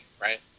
right